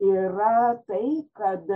yra tai kad